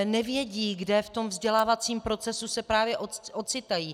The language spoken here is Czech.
Nevědí, kde v tom vzdělávacím procesu se právě ocitají.